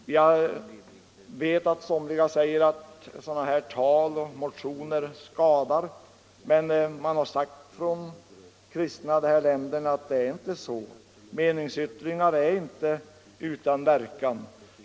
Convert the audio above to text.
Jag vet att somliga säger att sådana här tal och motioner skadar i stället för att hjälpa, men kristna människor i dessa länder har sagt att det inte är så. Meningsyttringar är inte utan verkan.